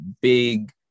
big